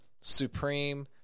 supreme